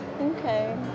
Okay